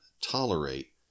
tolerate